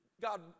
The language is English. God